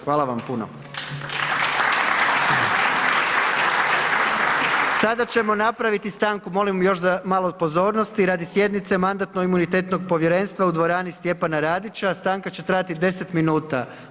Hvala vam puno. Sada ćemo napraviti stanku, molim još malo pozornosti radi sjednice Mandatno-imunitetnog povjerenstva u dvorani Stjepana Radića, a stanka će trajati 10 minuta.